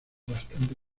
bastante